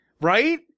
right